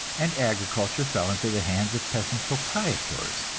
and agriculture fell into the hands of peasant proprietors,